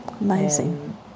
Amazing